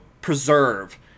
preserve